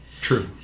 True